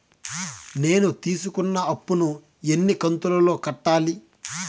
నేను తీసుకున్న అప్పు ను ఎన్ని కంతులలో కట్టాలి?